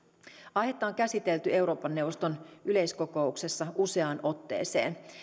aihetta on käsitelty euroopan neuvoston yleiskokouksessa useaan otteeseen